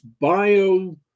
bio